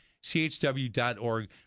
chw.org